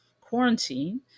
quarantine